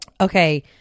Okay